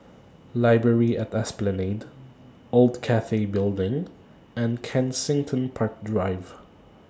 Library At Esplanade Old Cathay Building and Kensington Park Drive